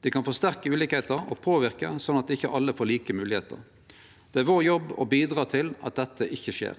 Dei kan forsterke ulikskap og påverke slik at ikkje alle får like moglegheiter. Det er vår jobb å bidra til at det ikkje skjer.